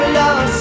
love